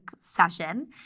session